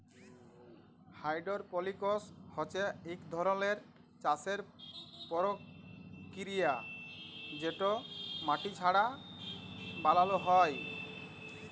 hydroponics হছে ইক ধরলের চাষের পরকিরিয়া যেট মাটি ছাড়া বালালো হ্যয়